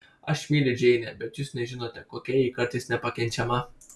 aš myliu džeinę bet jūs nežinote kokia ji kartais nepakenčiama